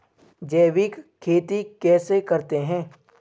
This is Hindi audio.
जैविक खेती कैसे करते हैं?